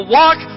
walk